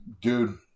Dude